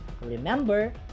Remember